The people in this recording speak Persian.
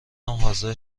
حاضر